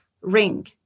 ring